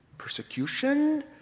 Persecution